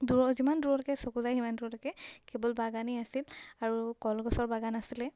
দূৰৰ যিমান দূৰৰলৈকে চকু যায় সিমান দূৰৰলৈকে কেৱল বাগানেই আছিল আৰু কলগছৰ বাগান আছিলে